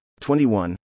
21